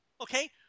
okay